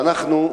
ואנחנו,